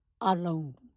alone